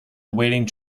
awaiting